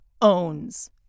Owns